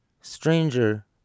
stranger